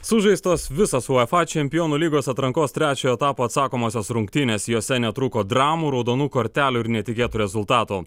sužaistos visos uefa čempionų lygos atrankos trečiojo etapo atsakomosios rungtynės jose netrūko dramų raudonų kortelių ir netikėtų rezultatų